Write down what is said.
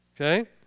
okay